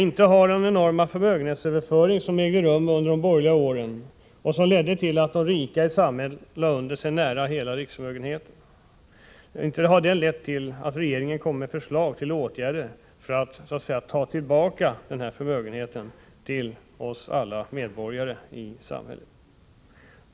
: Inte har den enorma förmögenhetsöverföring som ägde rum under de borgerliga åren, och som ledde till att de rika i samhället lade under sig nära nog hela riksförmögenheten, lett till att regeringen kommit med förslag till åtgärder för att så att säga ta tillbaka denna förmögenhet till oss alla medborgare i samhället.